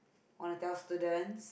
want to tell students